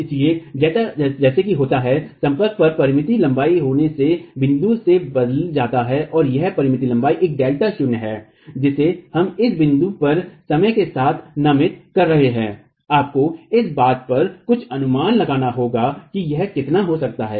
इसलिए जैसा कि होता है संपर्क एक परिमित लंबाई होने के बिंदु से बदल जाता है और यह परिमित लंबाई एक डेल्टा शून्य है जिसे हम इस बिंदु पर समय के साथ नामित कर रहे हैं आपको इस बात पर कुछ अनुमान लगाना होगा कि यह कितना हो सकता है